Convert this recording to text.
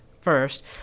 first